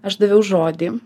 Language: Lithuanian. aš daviau žodį